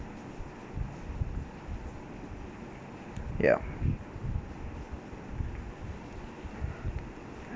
ya